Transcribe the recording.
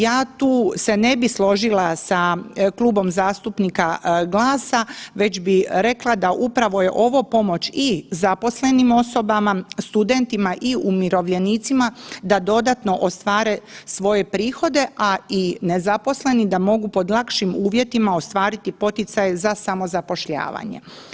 Ja tu se ne bih složila sa Klubom zastupnika GLAS-a već bi rekla da upravo je ovo pomoć i zaposlenim osobama, studentima i umirovljenicima da dodatno ostvare svoje prihode, a i nezaposleni da mogu pod lakšim uvjetima ostvariti poticaj za samozapošljavanje.